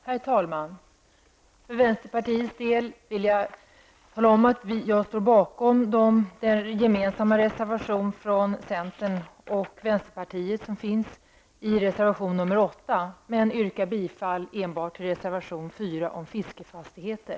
Herr talman! För vänsterpartiets del vill jag tala om att jag står bakom reservation 8, som är gemensam för centern och vänsterpartiet, men yrkar bifall enbart till reservation 4 om fiskefastigheter.